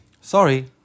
sorry